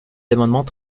d’amendements